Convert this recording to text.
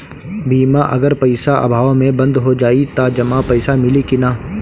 बीमा अगर पइसा अभाव में बंद हो जाई त जमा पइसा मिली कि न?